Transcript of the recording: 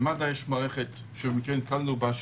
למד"א יש מערכת שבמקרה נתקלנו בה,